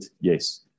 yes